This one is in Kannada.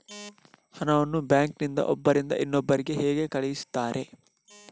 ಹಣವನ್ನು ಬ್ಯಾಂಕ್ ನಲ್ಲಿ ಒಬ್ಬರಿಂದ ಇನ್ನೊಬ್ಬರಿಗೆ ಹೇಗೆ ಕಳುಹಿಸುತ್ತಾರೆ?